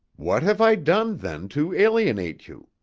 what have i done, then, to alienate you?